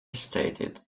stated